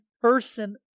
person